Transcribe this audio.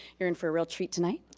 you're in for a real treat tonight.